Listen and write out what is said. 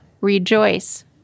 rejoice